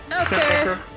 Okay